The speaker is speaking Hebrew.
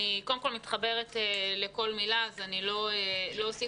אני מתחברת לכל מילה ולכן אני לא אוסיף.